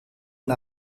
een